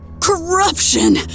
Corruption